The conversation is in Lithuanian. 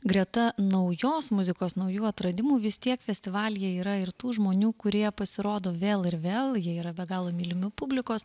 greta naujos muzikos naujų atradimų vis tiek festivalyje yra ir tų žmonių kurie pasirodo vėl ir vėl jie yra be galo mylimi publikos